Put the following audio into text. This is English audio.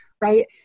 right